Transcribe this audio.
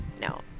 No